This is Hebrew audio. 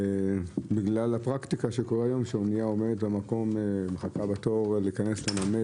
כל זה בגלל הנושא של התורים להיכנס לנמל.